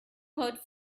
heard